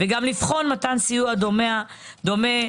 וגם לבחון מתן סיוע דומה לנוהל.